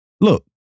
Look